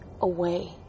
away